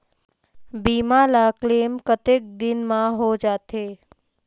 बीमा ला क्लेम कतेक दिन मां हों जाथे?